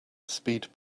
speed